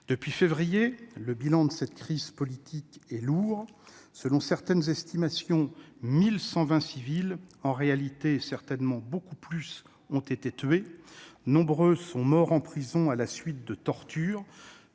Depuis février, le bilan de cette crise politique est lourd. Selon certaines estimations, 1 120 civils- en réalité certainement beaucoup plus -ont été tués. Nombre d'entre eux sont morts en prison à la suite de tortures.